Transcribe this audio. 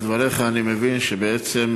מדבריך אני מבין שבעצם,